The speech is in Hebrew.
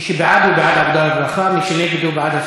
מי שבעד הוא בעד עבודה ורווחה, מי שנגד הוא בעד,